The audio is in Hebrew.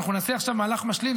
אנחנו נעשה עכשיו מהלך משלים,